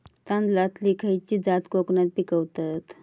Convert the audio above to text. तांदलतली खयची जात कोकणात पिकवतत?